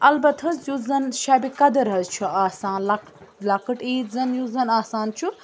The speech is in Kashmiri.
البتہٕ حظ یُس زَن شَبہِ قدٕر حظ چھُ آسان لَک لۄکٕٹ عید زَن یُس زَن آسان چھُ